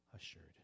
assured